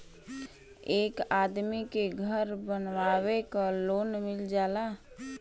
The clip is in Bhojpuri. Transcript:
एक आदमी के घर बनवावे क लोन मिल जाला